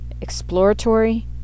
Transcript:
exploratory